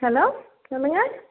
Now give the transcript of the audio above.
hello சொல்லுங்க